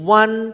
one